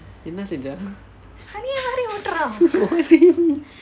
என்ன செஞ்சான்:enna senchaan what do you mean